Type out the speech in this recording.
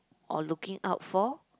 or looking out for